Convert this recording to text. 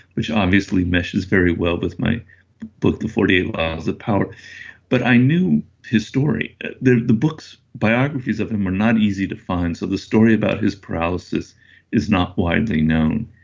which obviously meshes very well with my book the forty eight laws of power but i knew his story. the the books, biographies of him are not easy to find, so the story about his paralysis is not widely known.